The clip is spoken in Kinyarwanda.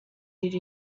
iri